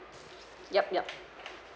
yup yup